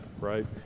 right